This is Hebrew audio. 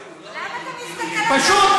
פשוט,